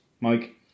Mike